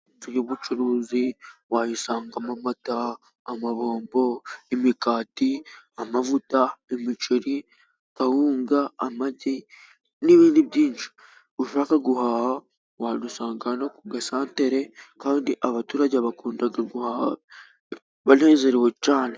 Inzu y'ubucuruzi wayisangamo amata, amabombo, imikati, amavuta, imiceri, kawunga, amagi n'ibindi byinshi. Ushaka guhaha wabisanga hano ku gasantere, kandi abaturage bakunda guhaha banezerewe cyane.